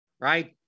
Right